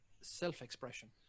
self-expression